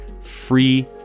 free